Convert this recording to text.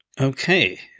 Okay